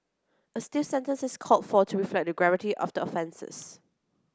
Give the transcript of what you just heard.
a stiff sentence is called for to reflect the gravity of the offences